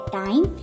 time